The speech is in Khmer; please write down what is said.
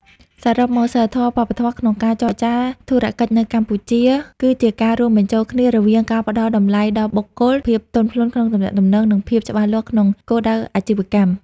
សរុបមក សីលធម៌វប្បធម៌ក្នុងការចរចាធុរកិច្ចនៅកម្ពុជា គឺជាការរួមបញ្ចូលគ្នារវាងការផ្តល់តម្លៃដល់បុគ្គល ភាពទន់ភ្លន់ក្នុងទំនាក់ទំនង និងភាពច្បាស់លាស់ក្នុងគោលដៅអាជីវកម្ម។